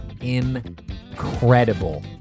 Incredible